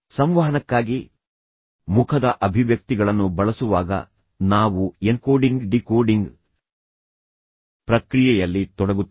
ಸಂವಹನಕ್ಕಾಗಿ ಮುಖದ ಅಭಿವ್ಯಕ್ತಿಗಳನ್ನು ಬಳಸುವಾಗ ನಾವು ಎನ್ಕೋಡಿಂಗ್ ಡಿಕೋಡಿಂಗ್ ಪ್ರಕ್ರಿಯೆಯಲ್ಲಿ ತೊಡಗುತ್ತೇವೆ